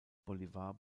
bolívar